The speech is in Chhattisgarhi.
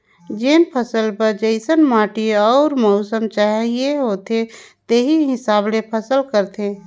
जेन फसल बर जइसन माटी अउ मउसम चाहिए होथे तेही हिसाब ले फसल करथे